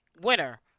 winner